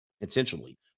intentionally